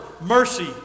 Mercy